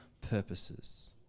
purposes